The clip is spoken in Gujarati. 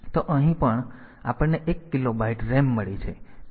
તો અહીં પણ આપણને એક કિલો બાઈટ RAM મળી છે